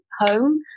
home